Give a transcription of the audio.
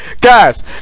guys